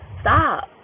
stop